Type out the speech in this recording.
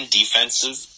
defensive